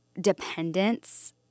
dependence